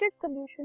solution